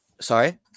sorry